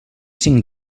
cinc